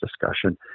discussion